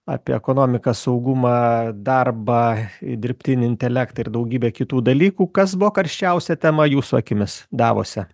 apie ekonomiką saugumą darbą ir dirbtinį intelektą ir daugybę kitų dalykų kas buvo karščiausia tema jūsų akimis davose